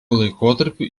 laikotarpiu